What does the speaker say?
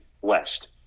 West